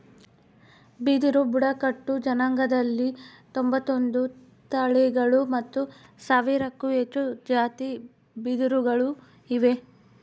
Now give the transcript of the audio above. ಬಿದಿರು ಬುಡಕಟ್ಟು ಜನಾಂಗದಲ್ಲಿ ತೊಂಬತ್ತೊಂದು ತಳಿಗಳು ಮತ್ತು ಸಾವಿರಕ್ಕೂ ಹೆಚ್ಚು ಜಾತಿ ಬಿದಿರುಗಳು ಇವೆ